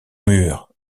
murs